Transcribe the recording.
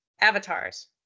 avatars